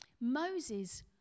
Moses